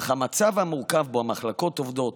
אך המצב המורכב שבו המחלקות עובדות,